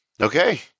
Okay